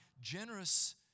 Generous